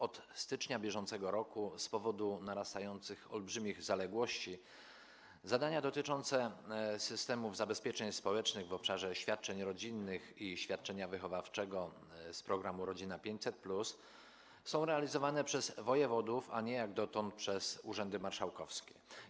Od stycznia br. z powodu narastających olbrzymich zaległości zadania dotyczące systemów zabezpieczeń społecznych w obszarze świadczeń rodzinnych i świadczenia wychowawczego z programu „Rodzina 500+” są realizowane przez wojewodów, a nie jak dotąd przez urzędy marszałkowskie.